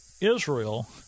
Israel